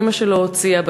שאימא שלו הוציאה,